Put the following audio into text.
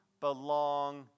belong